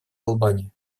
албании